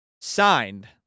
signed